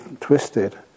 twisted